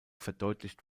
verdeutlicht